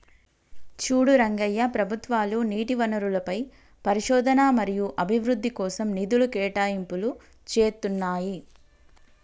చూడు రంగయ్య ప్రభుత్వాలు నీటి వనరులపై పరిశోధన మరియు అభివృద్ధి కోసం నిధులు కేటాయింపులు చేతున్నాయి